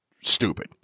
stupid